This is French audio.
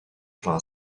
plaint